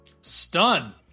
Stun